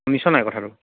শুনিছ নাই কথাটো